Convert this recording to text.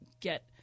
get –